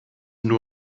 nur